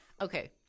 Okay